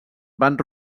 van